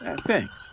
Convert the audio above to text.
Thanks